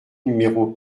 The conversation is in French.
numéro